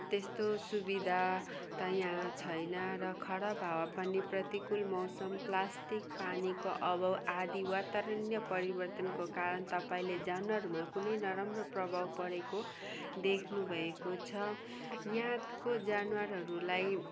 त्यस्तो सुविधा त यहाँ छैन र खराब हावा पानी प्रतिकूल मौसम प्लास्टिक पानीको अभाव आदि वातवरणीय परिवर्तनको कारण तपाईँले जनावरमा कुनै नराम्रो प्रभाव परेको देख्नुभएको छ यहाँको जनावरहरूलाई